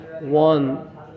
One